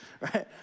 right